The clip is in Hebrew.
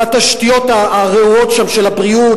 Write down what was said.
לתשתיות הרעועות שם של הבריאות,